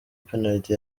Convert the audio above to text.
penaliti